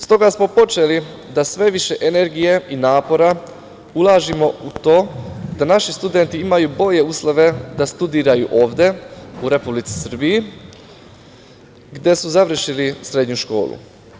Stoga smo počeli da sve više energije i napora ulažemo u to da naši studenti imaju bolje uslove da studiraju ovde u Republici Srbiji gde su završili srednju školu.